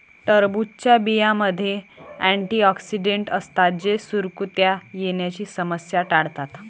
टरबूजच्या बियांमध्ये अँटिऑक्सिडेंट असतात जे सुरकुत्या येण्याची समस्या टाळतात